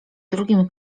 drugim